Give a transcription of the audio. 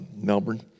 Melbourne